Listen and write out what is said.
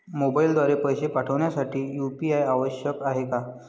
मोबाईलद्वारे पैसे पाठवण्यासाठी यू.पी.आय आवश्यक आहे का?